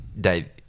Dave